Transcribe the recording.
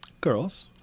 girls